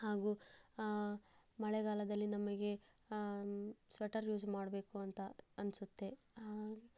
ಹಾಗೂ ಮಳೆಗಾಲದಲ್ಲಿ ನಮಗೆ ಸ್ವೆಟರ್ ಯೂಸ್ ಮಾಡಬೇಕು ಅಂತ ಅನ್ನಿಸುತ್ತೆ